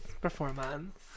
performance